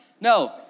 No